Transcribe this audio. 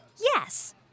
Yes